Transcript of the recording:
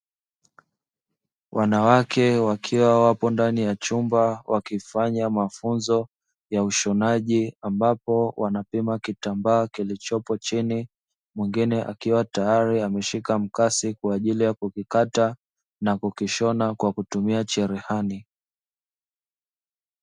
Wanawake wakiwa wapo ndani ya chumba wakifanya mafunzo ya ushonaji ambapo wanapima kitambaa kilichopo chini, mwingine akiwa tayari ameshika mkasi kwa ajili ya kuvikata, na kukishona kwa kutumia cherehani.